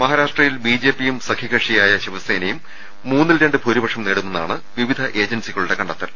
മഹാരാഷ്ട്രയിൽ ബി ജെ പിയും സഖ്യകക്ഷിയായ ശിവസേനയും മൂന്നിൽ രണ്ട് ഭൂരിപക്ഷം നേടുമെന്നാണ് വിവിധ ഏജൻസികളുടെ കണ്ടെത്തൽ